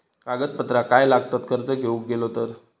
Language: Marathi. कागदपत्रा काय लागतत कर्ज घेऊक गेलो तर?